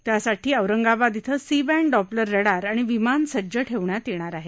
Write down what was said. त्यासाठी औरंगाबाद येथे C band Doppler radar आणि विमान सज्ज ठेवण्यात येणार आहे